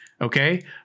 okay